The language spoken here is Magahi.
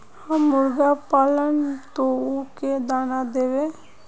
हम मुर्गा पालव तो उ के दाना देव?